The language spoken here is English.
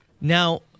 Now